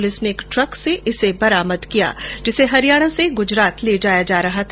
police ने एक truck से इसे बरामद किया जिसे हरियाणा से गुजरात ले जाया जा रहा था